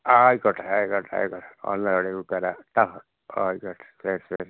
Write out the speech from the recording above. ആയിക്കോട്ടെ ആയിക്കോട്ടെ ആയിക്കോട്ടെ ഒന്നര മണി ആകുമ്പോഴേക്കും വരാം കെട്ടോ ആയിക്കോട്ടെ ശരി ശരി